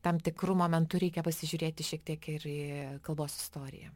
tam tikru momentu reikia pasižiūrėti šiek tiek ir į kalbos istoriją